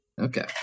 Okay